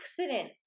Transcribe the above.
accident